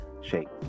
shape